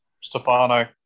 Stefano